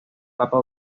papa